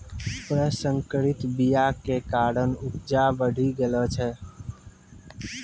प्रसंकरित बीया के कारण उपजा बढ़ि गेलो छै